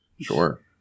Sure